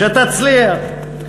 שתצליח.